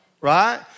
Right